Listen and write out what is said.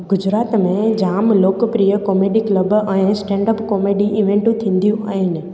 गुजरात में जाम लोकप्रिय कॉमेडी क्लब ऐं स्टैंडअप कॉमेडी इवेंटूं थींदियूं आहिनि